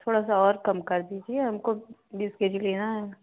थोड़ा सा और कम कर दीजिये हमको बीस के जी लेना है